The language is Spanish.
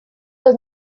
los